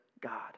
God